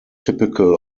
typical